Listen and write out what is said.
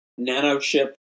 nanochip